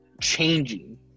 changing